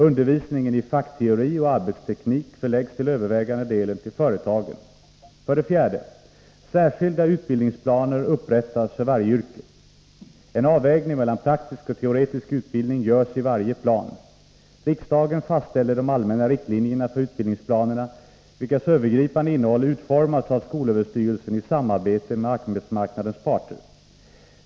Undervisningen i fackteori och arbetsteknik förläggs till övervägande del till företagen. 4. Särskilda utbildningsplaner upprättas för varje yrke. En avvägning mellan praktisk och teoretisk utbildning görs i varje plan. Riksdagen fastställer de allmänna riktlinjerna för utbildningsplanerna, vilkas övergripande innehåll utformas av skolöverstyrelsen i samarbete med arbetsmarknadens parter.